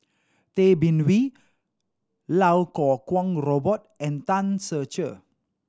Tay Bin Wee Lau Kuo Kwong Robert and Tan Ser Cher